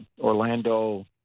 Orlando